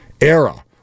era